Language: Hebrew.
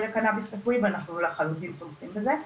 לקנאביס הרפואי ואנחנו לחלוטין תומכים בזה.